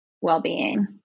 well-being